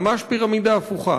ממש פירמידה הפוכה.